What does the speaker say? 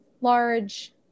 large